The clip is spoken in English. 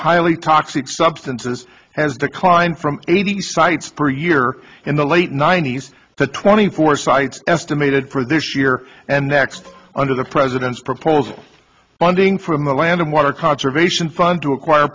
highly toxic substances has declined from eighty sites per year in the late ninety's to twenty four sites estimated for this year and next under the president's proposal funding from the land and water conservation fund to acquire